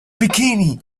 bikini